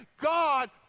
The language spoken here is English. God